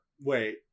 Wait